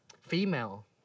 female